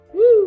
Woo